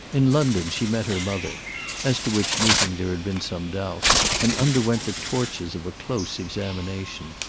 in london she met her mother as to which meeting there had been some doubt and underwent the tortures of a close examination.